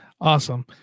Awesome